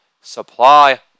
supply